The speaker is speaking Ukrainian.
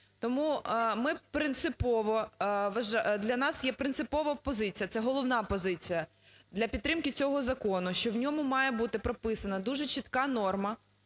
для нас є принципова позиція, це головна позиція, для підтримки цього закону, що в ньому має бути прописано дуже чітка норма,